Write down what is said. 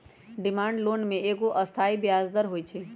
demand loan में एगो अस्थाई ब्याज दर होइ छइ